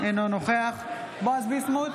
אינו נוכח בועז ביסמוט,